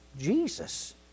Jesus